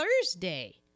Thursday